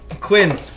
Quinn